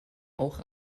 auch